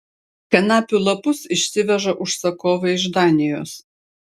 kanapių lapus išsiveža užsakovai iš danijos